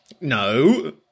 No